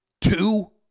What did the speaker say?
Two